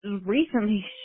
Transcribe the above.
Recently